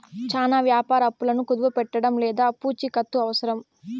చానా వ్యాపార అప్పులను కుదవపెట్టడం లేదా పూచికత్తు అవసరం